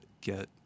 get